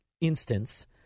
instance